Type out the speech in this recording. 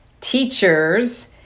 Teachers